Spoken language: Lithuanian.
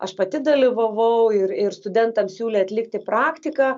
aš pati dalyvavau ir ir studentams siūlė atlikti praktiką